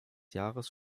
jahres